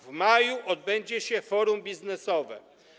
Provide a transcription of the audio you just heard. W maju odbędzie się forum biznesowe.